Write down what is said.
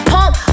Pump